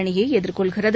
அணியை எதிர்கொள்கிறது